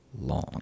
long